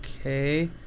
Okay